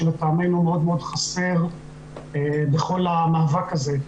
שלטעמנו מאוד מאוד חסר בכל המאבק הזה.